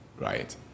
right